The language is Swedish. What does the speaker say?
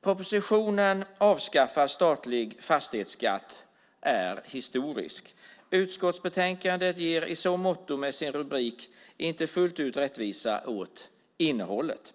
Propositionen Avskaffad statlig fastighetsskatt, m.m. är historisk. Utskottsbetänkandet ger i så måtto med sin rubrik inte fullt ut rättvisa åt innehållet.